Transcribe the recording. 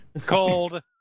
cold